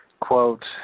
quote